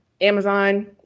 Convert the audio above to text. Amazon